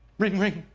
ring ring